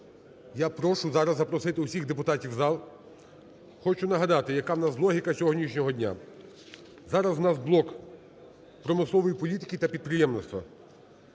Я прошу зараз запросити всіх депутатів у зал. Хочу нагадати, яка в нас логіка сьогоднішнього дня. Зараз у нас блок промислової політики та підприємництва,